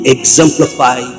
exemplify